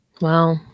Wow